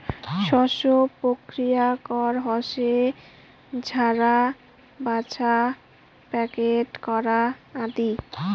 শস্য প্রক্রিয়াকরণ হসে ঝাড়া, ব্যাছা, প্যাকেট করা আদি